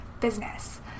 business